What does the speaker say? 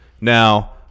Now